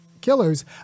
killers